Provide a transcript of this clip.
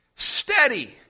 Steady